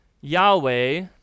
Yahweh